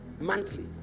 monthly